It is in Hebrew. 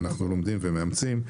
ואנחנו לומדים ומאמצים.